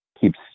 keeps